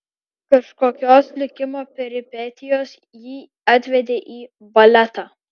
kažkokios likimo peripetijos jį atvedė į baletą